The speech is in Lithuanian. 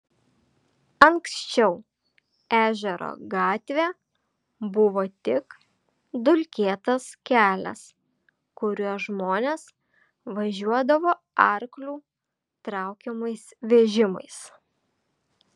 anksčiau ežero gatvė buvo tik dulkėtas kelias kuriuo žmonės važiuodavo arklių traukiamais vežimais